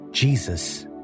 Jesus